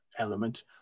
Element